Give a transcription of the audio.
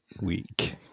Week